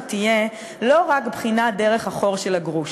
תהיה לא רק בחינה דרך החור של הגרוש,